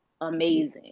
amazing